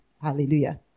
Hallelujah